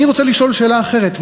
אני רוצה לשאול שאלה אחרת.